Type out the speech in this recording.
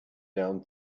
down